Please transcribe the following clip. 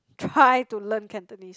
try to learn Cantonese